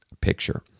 picture